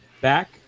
Back